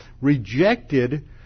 rejected